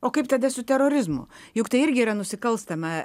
o kaip tada su terorizmu juk tai irgi yra nusikalstama